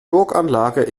burganlage